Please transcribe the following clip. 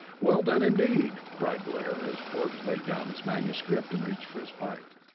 well done indeed! cried blair, as forbes laid down his manuscript and reached for his pipe.